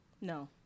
No